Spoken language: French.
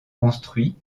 construits